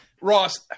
Ross